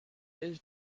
his